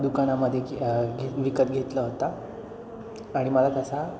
दुकानामध्ये घे घे विकत घेतला होता आणि मला तसा